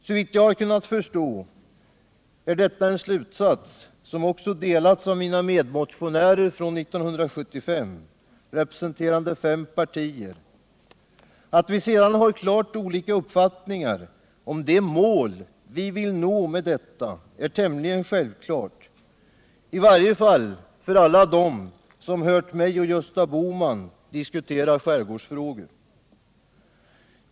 Såvitt jag har kunnat förstå är detta en slutsats som delas av mina medmotionärer från 1975, representerande fem partier. Att vi sedan har klart olika uppfattningar om de mål vi vill uppnå med detta är tämligen självklart, i varje fall för alla dem som hört mig och Gösta Bohman diskutera skärgårdsfrågor.